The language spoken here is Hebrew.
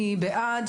מי בעד?